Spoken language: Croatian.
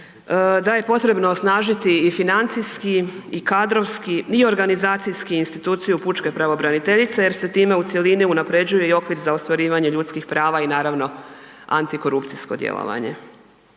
da je potrebno osnažiti i financijski i kadrovski i organizacijski instituciju pučke pravobraniteljice jer se time u cjelini unapređuje i okvir za ostvarivanje ljudskih prava i antikorupcijsko djelovanje.